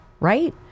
right